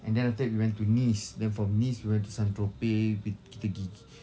and then after that we went to nice then from nice we went to saint-tropez whi~ kita gi